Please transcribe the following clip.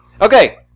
Okay